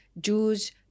Jews